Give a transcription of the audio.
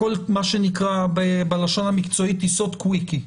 הכול מה שנקרא בלשון המקצועית, טיסות קוויקי.